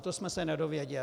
To jsme se nedozvěděli.